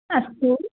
अस्तु